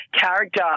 character